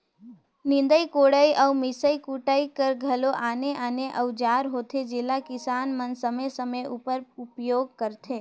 निदई कोड़ई अउ मिसई कुटई कर घलो आने आने अउजार होथे जेला किसान मन समे समे उपर उपियोग करथे